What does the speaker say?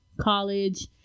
college